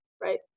right